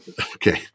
Okay